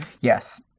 Yes